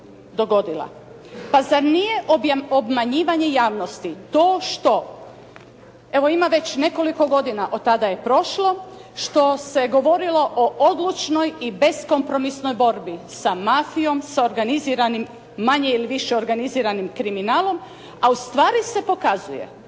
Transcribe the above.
dogodila? Pa zar nije obmanjivanje javnosti to što, evo ima već nekoliko godina od tada je prošlo što se govorilo o odlučnoj i beskompromisnoj borbi sa mafijom, sa organiziranim, manje ili više organiziranim kriminalom, a ustvari se pokazuje